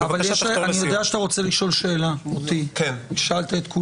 כשאתם מתכוונים להשלים את החקיקה בנושא הוועדה